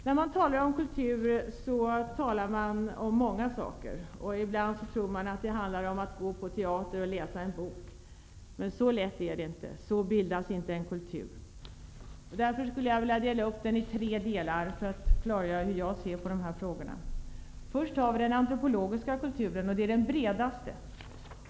När man talar om kultur, talar man om många saker. Ibland tror man att det handlar om att gå på teater och att läsa en bok. Men så lätt är det inte. Så bildas inte en kultur. Därför skulle jag vilja dela upp kulturen i tre delar för att klargöra hur jag ser på de här frågorna. Först har vi den antropologiska kulturen, och det är den bredaste.